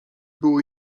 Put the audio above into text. było